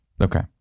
okay